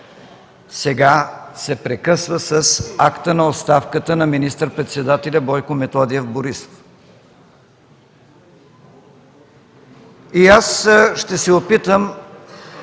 сега се прекъсва с акта на оставката на министър-председателя Бойко Методиев Борисов? И аз ще се опитам